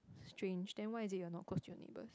strange then why is it you're not close your neighbours